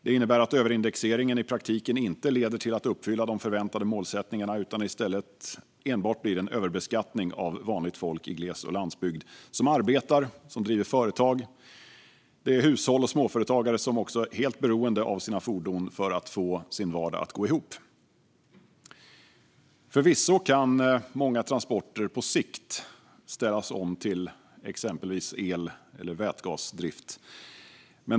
Det innebär att överindexeringen i praktiken inte leder till att uppfylla de förväntade målsättningarna utan i stället enbart blir en överbeskattning av vanligt folk i gles och landsbygd som arbetar och som driver företag. Det är hushåll och småföretagare som också är helt beroende av sina fordon för att få sin vardag att gå ihop. Förvisso kan många transporter på sikt ställas om till exempelvis el och vätgasdrift.